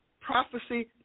prophecy